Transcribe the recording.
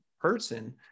person